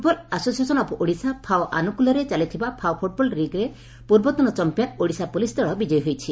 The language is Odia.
football association of Odisha FAO ଆନୁକଲ୍ୟରେ ଚାଲିଥିବା ଫାଓ ଫୁଟ୍ବଲ୍ ଲିଗ୍ରେ ପୂର୍ବତନ ଚମ୍ମିୟାନ୍ ଓଡ଼ିଶା ପୁଲିସ୍ ଦଳ ବିଜୟୀ ହୋଇଛି